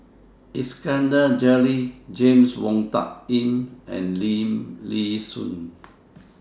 Iskandar Jalil James Wong Tuck Yim and Lim Nee Soon